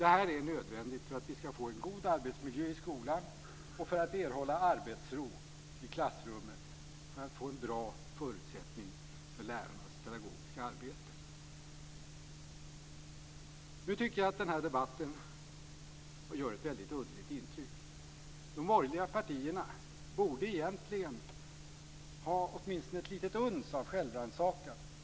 Det här är nödvändigt för att vi ska få en god arbetsmiljö i skolan och för att erhålla den arbetsro i klassrummet som är en förutsättning för lärarnas pedagogiska arbete.